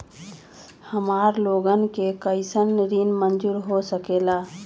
हमार लोगन के कइसन ऋण मंजूर हो सकेला?